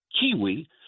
kiwi